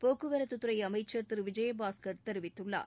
போக்குவரத்துத் துறை அமைச்சர் திரு விஜயபாஸ்கர் தெரிவித்துள்ளார்